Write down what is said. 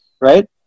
Right